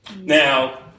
Now